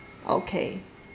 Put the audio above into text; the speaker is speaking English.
okay